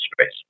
space